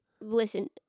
listen